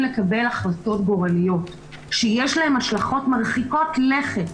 לקבל החלטות גורליות שיש להן השלכות מרחיקות לכת